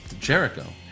Jericho